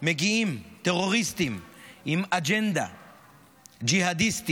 מגיעים טרוריסטים עם אג'נדה ג'יהאדיסטית,